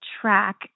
track